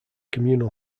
communal